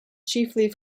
chiefly